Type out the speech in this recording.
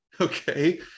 okay